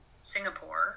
Singapore